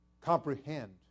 comprehend